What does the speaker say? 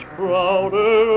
prouder